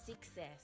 success